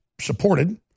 supported